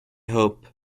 hope